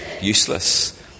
useless